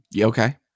Okay